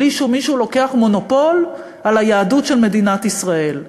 בלי שמישהו לוקח מונופול על היהדות של מדינת ישראל,